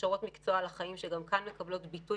הכשרות מקצוע לחיים שגם כאן מקבלות ביטוי